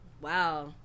wow